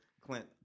clint